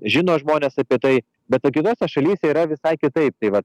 žino žmonės apie tai bet o kitose šalyse yra visai kitaip vat